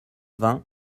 vingt